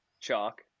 chalk